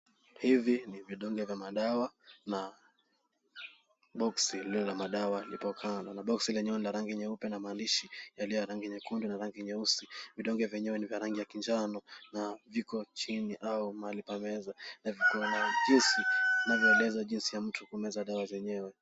Hivi ni vidonge vya madawa na boksi iliyo na madawa liko kaa. Na boksi lenyewe ni la rangi nyeupe na maandishi yaliyo ya rangi nyekundu na rangi nyeusi. Vidonge vyenyewe ni vya rangi ya kinjano, na viko chini au mahali pa meza. Na viko na jinsi au maelezo jinsi ya mtu kumeza dawa zenyewe.